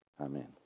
Amen